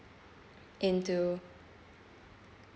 into